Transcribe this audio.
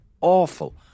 awful